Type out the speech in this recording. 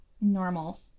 Normal